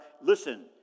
Listen